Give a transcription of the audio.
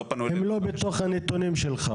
הם לא בתוך הנתונים שלך